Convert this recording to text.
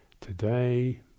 today